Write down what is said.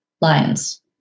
lions